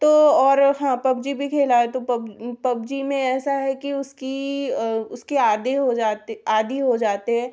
तो और हाँ पब्जी भी खेला है तो पब्जी में ऐसा है कि उसकी उसके आदि हो जाते आदि हो जाते है